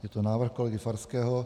Je to návrh kolegy Farského.